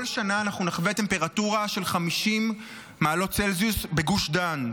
כל שנה אנחנו נחווה טמפרטורה של 50 מעלות צלזיוס בגוש דן.